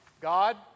God